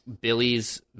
Billy's